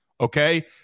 okay